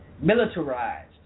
militarized